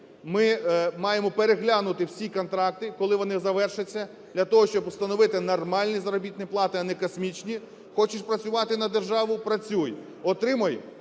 Ми маємо переглянути всі контракти, коли вони завершаться для того, щоб встановити нормальні заробітні плати, а не космічні. Хочеш працювати на державу – працюй. Отримуй